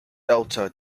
delta